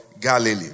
Galilee